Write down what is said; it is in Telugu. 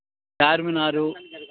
చార్మినారు